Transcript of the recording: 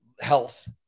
health